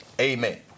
Amen